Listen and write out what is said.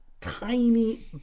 tiny